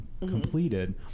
completed